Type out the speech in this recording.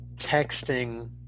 texting